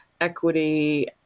equity